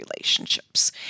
relationships